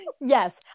Yes